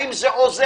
האם זה עוזר,